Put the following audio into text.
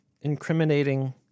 incriminating